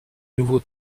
nouveau